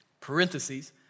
Parentheses